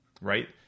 right